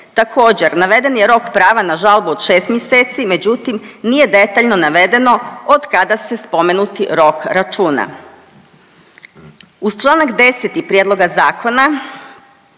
Također naveden je rok prava na žalbu od 6 mjeseci, međutim nije detaljno navedeno od kada se spomenuti rok računa. Uz Članak 10. prijedloga zakona